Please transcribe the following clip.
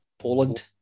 Poland